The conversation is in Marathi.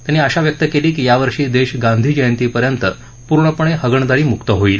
त्यांनी आशा व्यक्त केली की यावर्षी देश गांधीजयंती पर्यंत पूर्णपणे हगणदारी मुक्त होईल